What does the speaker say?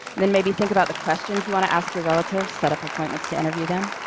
then maybe think about the questions you want to ask your relatives, set up appointments to interview them.